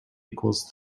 equals